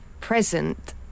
present